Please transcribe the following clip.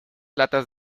latas